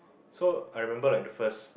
so I remember like the first